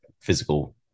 physical